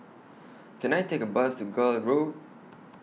Can I Take A Bus to Gul Road